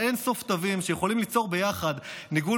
ואין-סוף תווים שיכולים ליצור ביחד ניגון